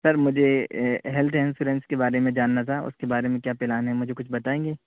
سر مجھے health insurance کے بارے میں جاننا تھا اس کے بارے میں کیا پلان ہے مجھے کچھ بتائیں گے